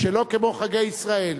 שלא כמו חגי ישראל.